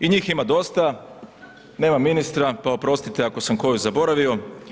I njih ima dosta, nema ministra, pa oprostite ako sam koji zaboravio.